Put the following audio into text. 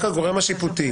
רק הגורם השיפוטי.